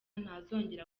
ntazongera